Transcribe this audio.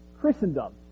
Christendom